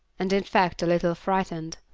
and in fact a little frightened.